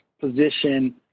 position